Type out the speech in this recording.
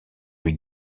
lui